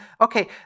okay